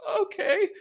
okay